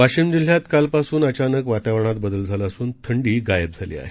वाशिम जिल्ह्यात कालपासून अचानक वातावरणात बदल झाला असून थंडी गायब झाली आहे